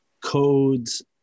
codes